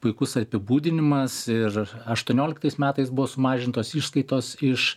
puikus apibūdinimas ir aštuonioliktais metais buvo sumažintos išskaitos iš